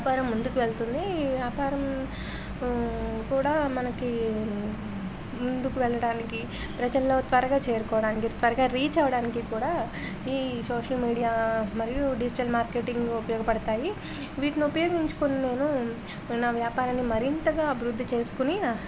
వ్యాపారం ముందుకు వెళ్తుంది ఈ వ్యాపారం కూడా మనకి ముందుకు వెళ్ళడానికి ప్రజల్లో త్వరగా చేరుకోవడానికి త్వరగా రీచ్ అవ్వడానికి కూడా ఈ సోషల్ మీడియా మరియు డిజిటల్ మార్కెటింగ్ ఉపయోగపడతాయి వీటిని ఉపయోగించుకుని నేను నా వ్యాపారాన్ని మరింతగా అభివృద్ధి చేసుకుని